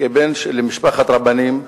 כבן למשפחת רבנים,